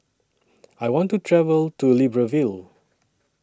I want to travel to Libreville